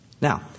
Now